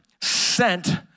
sent